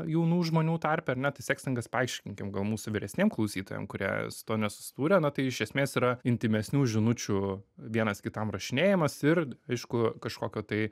jaunų žmonių tarpe ar ne tai sekstingas paaiškinkim gal mūsų vyresniem klausytojam kurie su tuo nesusidūrę na tai iš esmės yra intymesnių žinučių vienas kitam rašinėjimas ir aišku kažkokio tai